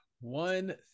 one